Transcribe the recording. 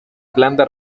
planta